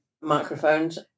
microphones